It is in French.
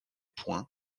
point